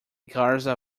garza